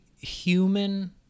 human